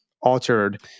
altered